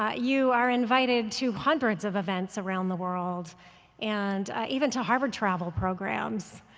ah you are invited to hundreds of events around the world and even to harvard travel programs.